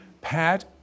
Pat